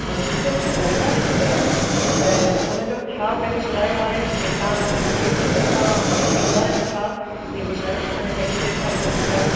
हिते मूंखे दरगाह ॾिसणी आहे त उनजो छा पंहिंजो किरायो आहे ऐं तव्हां भई मूंखे स्टेशन तां वठणु ईंदा या छा जीअं ॿुधायो तव्हां जो टेक्सीअ जो छा प्रोसीजर आहे